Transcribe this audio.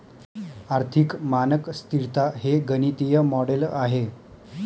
आर्थिक मानक स्तिरता हे गणितीय मॉडेल आहे